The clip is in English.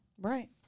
Right